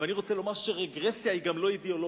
אני רוצה לומר שרגרסיה היא גם לא אידיאולוגיה.